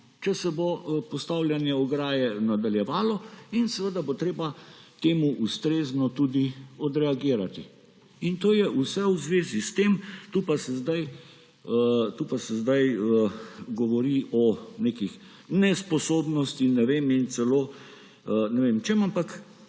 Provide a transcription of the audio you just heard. če se bo postavljanje ograje nadaljevalo, in seveda bo treba temu ustrezno tudi odreagirati. In to je vse v zvezi s tem. Tu pa se sedaj govori o nekih nesposobnostih in ne vem čem, ampak